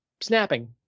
snapping